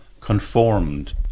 conformed